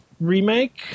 remake